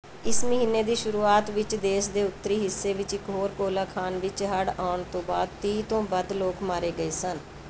ਇਸ ਮਹੀਨੇ ਦੀ ਸ਼ੁਰੂਆਤ ਵਿੱਚ ਦੇਸ਼ ਦੇ ਉੱਤਰੀ ਹਿੱਸੇ ਵਿੱਚ ਇੱਕ ਹੋਰ ਕੋਲਾ ਖਾਨ ਵਿੱਚ ਹੜ੍ਹ ਆਉਣ ਤੋਂ ਬਾਅਦ ਤੀਹ ਤੋਂ ਵੱਧ ਲੋਕ ਮਾਰੇ ਗਏ ਸਨ